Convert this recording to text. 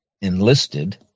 enlisted